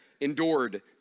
endured